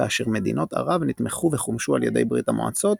כאשר מדינות ערב נתמכו וחומשו על ידי ברית המועצות,